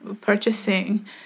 purchasing